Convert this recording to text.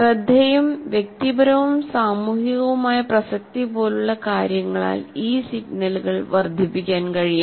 ശ്രദ്ധയും വ്യക്തിപരവും സാമൂഹികവുമായ പ്രസക്തി പോലുള്ള കാര്യങ്ങളാൽ ഈ സിഗ്നലുകൾ വർദ്ധിപ്പിക്കാൻ കഴിയും